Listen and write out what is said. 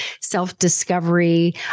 self-discovery